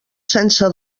sense